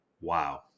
Wow